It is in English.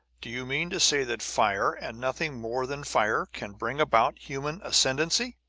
do you mean to say that fire, and nothing more than fire, can bring about human ascendency?